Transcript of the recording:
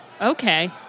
Okay